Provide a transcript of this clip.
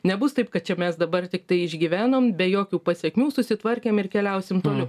nebus taip kad čia mes dabar tiktai išgyvenom be jokių pasekmių susitvarkėm ir keliausim toliau